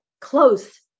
close